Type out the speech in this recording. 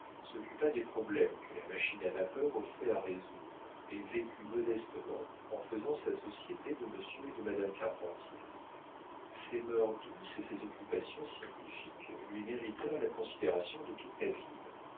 s'occupa des problèmes que la machine à vapeur offrait à résoudre et vécut modestement en faisant sa société de monsieur et de madame carpentier ses mœurs douces et ses occupations scientifiques lui méritèrent la considération de toute la ville